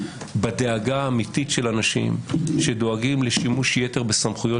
לדאגה האמיתית של אנשים שדואגים לשימוש יתר בסמכויות